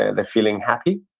ah they're feeling happy.